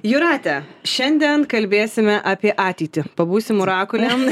jūrate šiandien kalbėsim apie ateitį pabūsim orakulėm